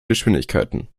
geschwindigkeiten